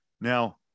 Now